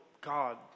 God